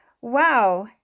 wow